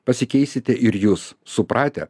pasikeisite ir jus supratę